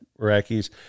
iraqis